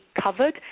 covered